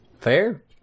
Fair